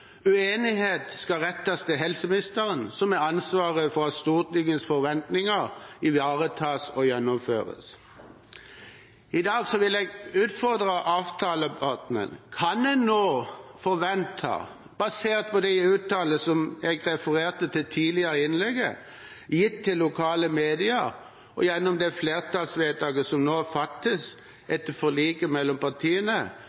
Uenighet skal rettes til helseministeren, som har ansvaret for at Stortingets forventninger ivaretas og gjennomføres. I dag vil jeg utfordre avtalepartnerne: Kan en nå forvente, basert på de uttalelsene som jeg refererte til tidligere i innlegget, gitt til lokale media, og gjennom det flertallsvedtaket som nå